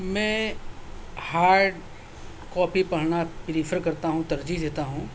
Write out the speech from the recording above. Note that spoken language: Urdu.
میں ہارڈ کاپی پڑھنا پریفر کرتا ہوں ترجیح دیتا ہوں